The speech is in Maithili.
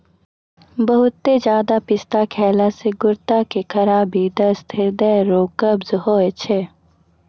बहुते ज्यादा पिस्ता खैला से गुर्दा के खराबी, दस्त, हृदय रोग, कब्ज होय छै